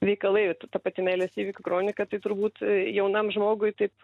veikalai ta pati meilės įvykių kronika tai turbūt jaunam žmogui taip